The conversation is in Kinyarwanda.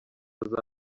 azaba